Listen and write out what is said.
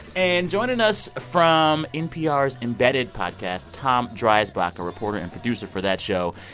and joining us from npr's embedded podcast, tom dreisbach, a reporter and producer for that show,